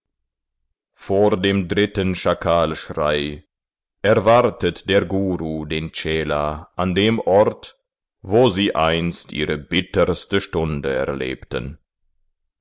vor dem dritten schakalschrei erwartet der guru den chela an dem ort wo sie einst ihre bitterste stunde erlebten